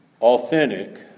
authentic